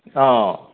অঁ